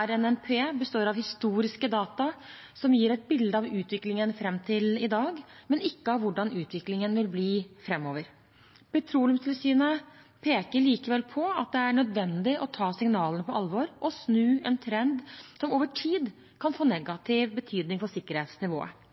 RNNP består av historiske data som gir et bilde av utviklingen fram til i dag, men ikke av hvordan utviklingen vil bli framover. Petroleumstilsynet peker likevel på at det er nødvendig å ta signalene på alvor og snu en trend som over tid kan få negativ betydning for sikkerhetsnivået.